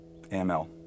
AML